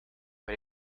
but